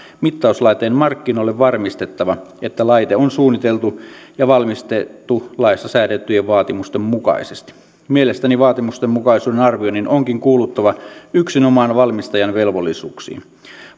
mittauslaitteen markkinoille varmistettava että laite on suunniteltu ja valmistettu laissa säädettyjen vaatimusten mukaisesti mielestäni vaatimustenmukaisuuden arvioinnin onkin kuuluttava yksinomaan valmistajan velvollisuuksiin